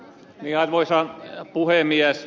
arvoisa puhemies